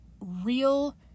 real